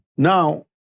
Now